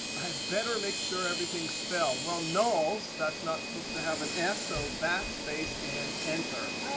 i'd better make sure everything spelled. well, nulls, that's not supposed to have an s, so backspace and enter.